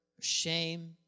shame